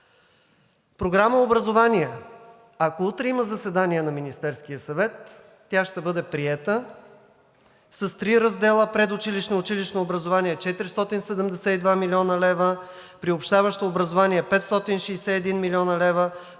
Програма „Образование“. Ако утре има заседание на Министерския съвет, тя ще бъде приета с 3 раздела. Предучилищно и училищно образование – 472 млн. лв., приобщаващо образование – 561 млн. лв.,